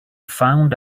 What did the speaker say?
found